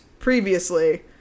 Previously